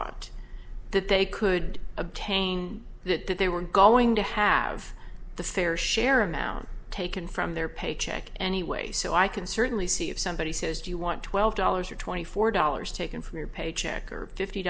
thought that they could obtain that that they were going to have the fair share amount taken from their paycheck anyway so i can certainly see if somebody says do you want twelve dollars or twenty four dollars taken from your paycheck or fifty